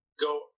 go